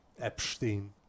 Epstein